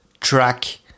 track